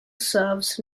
serves